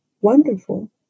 wonderful